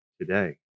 today